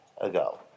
ago